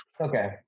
Okay